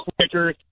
quicker